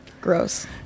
Gross